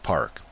Park